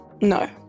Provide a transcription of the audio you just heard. No